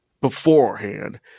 beforehand